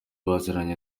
baziranye